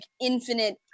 infinite